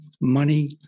money